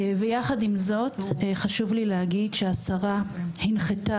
ויחד עם זאת חשוב לי להגיד שהשרה הנחתה